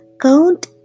Count